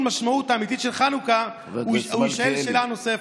המשמעות האמיתית של חנוכה הוא יישאל שאלה נוספת.